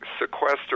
sequester